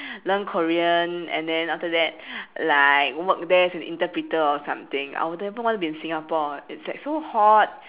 learn korean and then after that like work there as an interpreter or something I would never even want to be in singapore it's like so hot